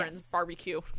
Barbecue